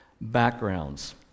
backgrounds